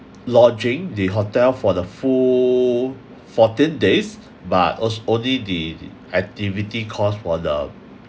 lodging the hotel for the full fourteen days but os~ only the activity cost for the